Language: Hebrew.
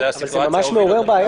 זה ממש מעורר בעיות.